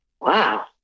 Wow